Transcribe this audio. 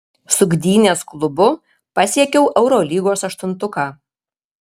su gdynės klubu pasiekiau eurolygos aštuntuką